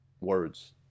words